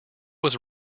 was